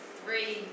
three